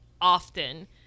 often